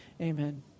amen